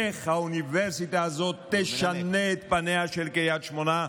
איך האוניברסיטה הזאת תשנה את פניה של קריית שמונה,